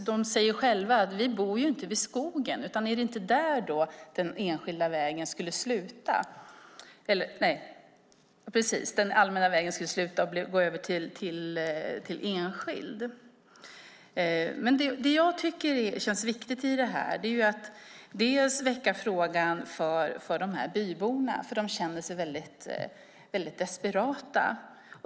De säger själva: Vi bor inte vid skogen. Är det inte där den allmänna vägen skulle sluta och gå över till enskild? Det jag tycker känns viktigt i detta är att väcka frågan för dessa bybor, för de känner sig väldigt desperata.